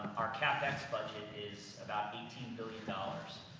our capex budget is about eighteen billion dollars